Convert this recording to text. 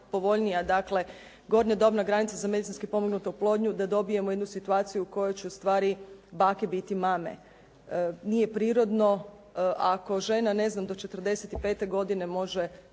gornja dobna granica za medicinski pomognutu oplodnju da dobijemo jednu situaciju u kojoj će ustvari bake biti mame. Nije prirodno ako žena ne znam do 45. godine može